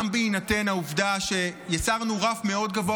גם בהינתן העובדה שיצרנו רף מאוד גבוה